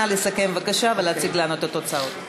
נא לסכם, בבקשה, ולהציג לנו את התוצאות.